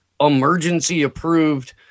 emergency-approved